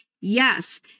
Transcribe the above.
Yes